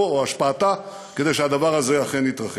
או את השפעתה כדי שהדבר הזה אכן יתרחש.